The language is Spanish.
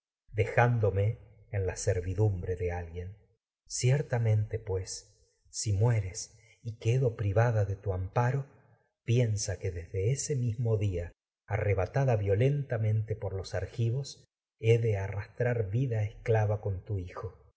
los en la servidumbre de alguien ciertamente y si mueres quedo privada de tu amparo piensa desde ese mismo día arrebatada violentamente por con tu argivos he de arrastrar vida esclava esos hijo